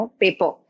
paper